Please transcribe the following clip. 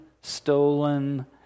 stolen